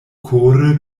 kore